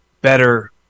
better